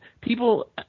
people